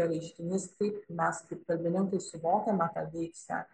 reiškinys kaip mes kaip kalbininkai suvokiame tą deiksę